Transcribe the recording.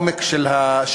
העומק של העוני,